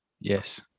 yes